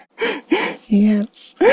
Yes